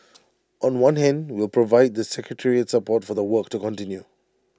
on one hand we'll provide the secretariat support for the work to continue